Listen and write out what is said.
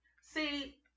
See